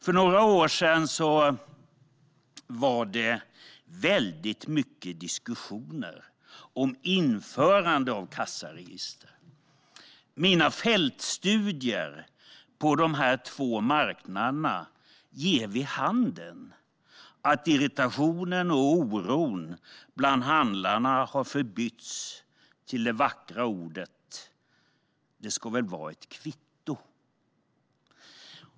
För några år sedan var det mycket diskussion om införande av kassaregister. Mina fältstudier på dessa två marknader ger vid handen att irritationen och oron bland handlarna har förbytts till de vackra orden: Det ska väl vara ett kvitto?